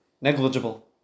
Negligible